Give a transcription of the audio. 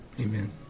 Amen